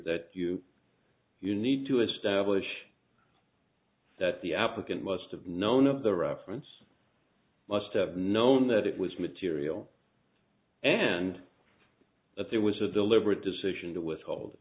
that you you need to establish that the applicant must have known of the reference must have known that it was material and that there was a deliberate decision to